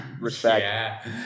Respect